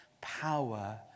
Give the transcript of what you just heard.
power